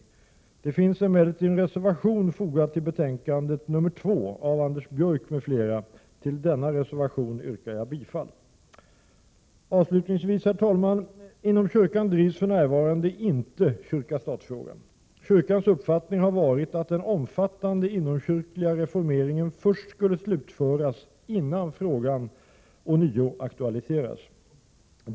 På den punkten finns det emellertid en reservation fogad till betänkandet, nr 2 av Anders Björck m.fl. Till denna reservation yrkar jag bifall. Avslutningsvis, herr talman, vill jag säga: Inom kyrkan drivs för närvaran — Prot. 1987/88:95 de inte kyrka-stat-frågan. Kyrkans uppfattning har varit att den omfattande — 7 april 1988 inomkyrkliga reformeringen skulle slutföras innan frågan ånyo aktualiserades.